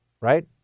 right